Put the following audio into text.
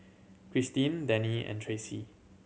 Krysten Denny and Tracy